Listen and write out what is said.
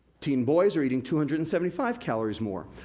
teen boys are eating two hundred and seventy five calories more.